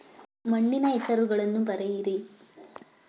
ಮಣ್ಣಿನ ಹೆಸರುಗಳನ್ನು ಬರೆಯಿರಿ